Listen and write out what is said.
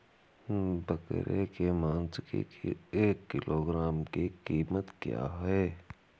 बकरे के मांस की एक किलोग्राम की कीमत क्या है?